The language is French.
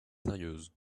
sérieuses